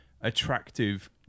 attractive